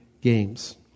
games